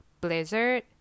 blizzard